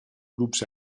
grups